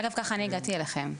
אגב, ככה גם אני הגעתי אליכם.